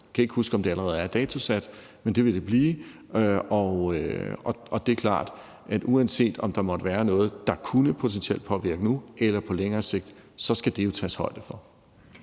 Jeg kan ikke huske, om det allerede er datosat, men det vil det blive. Det er klart, at uanset om der måtte være noget, der potentielt kunne påvirke det nu eller på længere sigt, skal der tages højde for